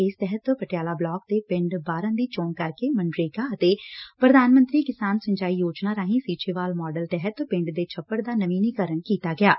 ਇਸ ਤਹਿਤ ਪਟਿਆਲਾ ਬਲਾਕ ਦੇ ਪਿੰਡ ਬਾਰਨ ਦੀ ਚੋਣ ਕਰਕੇ ਮਨਰੇਗਾ ਅਤੇ ਪ੍ਰਧਾਨ ਮੰਤਰੀ ਕਿਸਾਨ ਸਿੰਚਾਈ ਯੋਜਨਾ ਰਾਹੀਂ ਸੀਚੇਵਾਲ ਮਾਡਲ ਤਹਿਤ ਪਿੰਡ ਦੇ ਛੱਪੜ ਦਾ ਨਵੀਨੀਕਰਨ ਕੀਤਾ ਗਿਐ